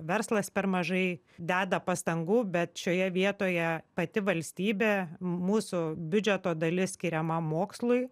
verslas per mažai deda pastangų bet šioje vietoje pati valstybė mūsų biudžeto dalis skiriama mokslui